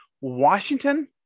Washington